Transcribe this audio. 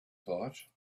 thought